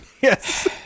Yes